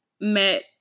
Met